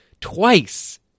twice